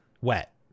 Wet